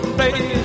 baby